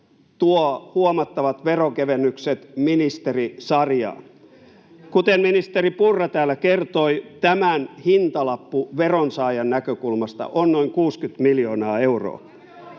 tuo huomattavat veronkevennykset ministerisarjaan. Kuten ministeri Purra täällä kertoi, tämän hintalappu veronsaajan näkökulmasta on noin 60 miljoonaa euroa.